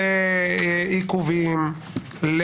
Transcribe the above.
לעיכובים,